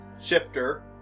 Shifter